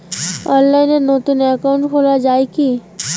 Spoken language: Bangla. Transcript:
অনলাইনে নতুন একাউন্ট খোলা য়ায় কি?